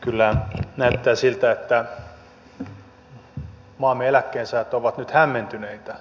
kyllä näyttää siltä että maamme eläkkeensaajat ovat nyt hämmentyneitä